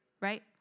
right